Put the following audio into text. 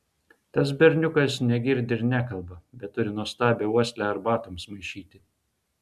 tas berniukas negirdi ir nekalba bet turi nuostabią uoslę arbatoms maišyti